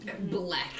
Black